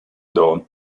dan